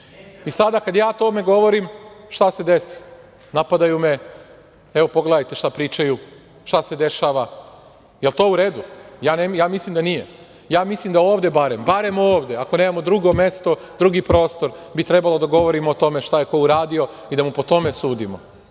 kada ja o tome govorim, šta se desi? Napadaju me, pogledajte šta pričaju, šta se dešava. Jel to u redu? Ja mislim da nije. Ja mislim da barem ovde, ako nemamo drugo mesto, drugi prostor, bi trebalo da govorimo o tome šta je ko uradio i da mu po tome sudimo.